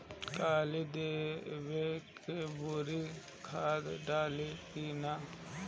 कली देवे के बेरा खाद डालाई कि न?